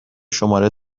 شماره